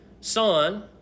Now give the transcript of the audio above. son